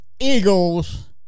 Eagles